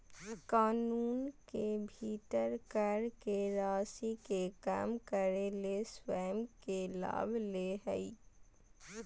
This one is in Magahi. कानून के भीतर कर के राशि के कम करे ले स्वयं के लाभ ले हइ